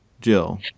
Jill